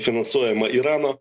finansuojama irano